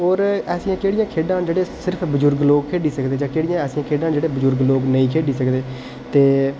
ते ऐसियां केह्ड़ियां खेढां न जेह्ड़े बजुर्ग लोग खेढी सकदे केह्ड़ियां ऐसियां खेढां जेह्ड़े बजुर्ग लोग नेईं खेढी सकदे ते